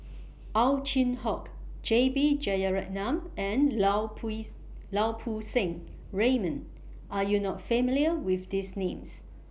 Ow Chin Hock J B Jeyaretnam and Lau Pui's Lau Poo Seng Raymond Are YOU not familiar with These Names